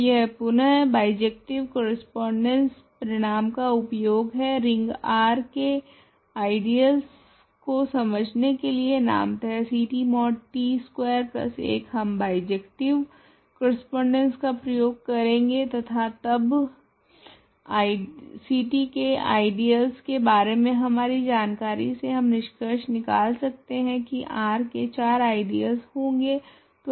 तो यह पुनः बाइजेक्टिव करस्पोंडेंस परिणाम का उपयोग है रिंग R के आइडियलस को समझने के लिए नामतः Ct mod t स्कवेर 1हम बाइजेक्टिव करस्पोंडेंस का प्रयोग करेगे तथा तब Ct के आइडियलस के बारे मे हमारी जानकारी से हम निष्कर्ष निकाल सकते है की R के 4 आइडियलस होगे